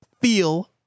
feel